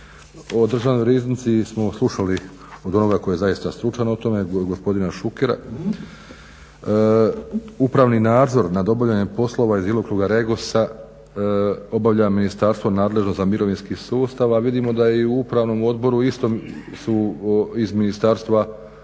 O Državnoj riznici smo slušali od onoga tko je zaista stručan o tome, gospodina Šukera. Upravni nadzor nad obavljanjem poslova iz djelokruga REGOS-a obavlja ministarstvo nadležno za mirovinski sustav, a vidimo da je i u upravnom odboru isto su iz Ministarstva